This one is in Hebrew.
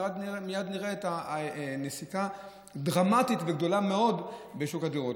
ומייד נראה נסיקה דרמטית וגדולה מאוד בשוק הדירות,